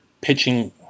pitching